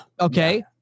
Okay